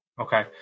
Okay